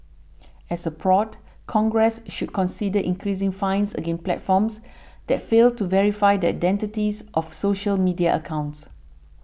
as a prod Congress should consider increasing fines against platforms that fail to verify the identities of social media accounts